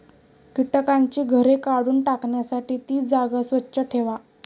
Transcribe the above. कीटकांची घरे काढून टाकण्यासाठी ती जागा स्वच्छ ठेवा